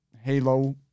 Halo